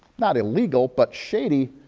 not illegal, but shady.